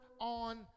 on